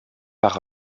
par